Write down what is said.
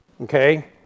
Okay